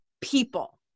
people